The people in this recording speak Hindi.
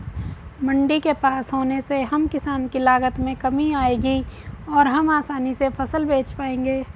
मंडी के पास होने से हम किसान की लागत में कमी आएगी और हम आसानी से फसल बेच पाएंगे